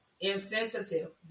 Insensitive